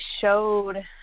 showed